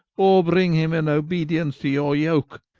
or bring him in obedience to your yoake